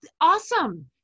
awesome